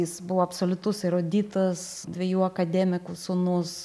jis buvo absoliutus eruditas dviejų akademikų sūnus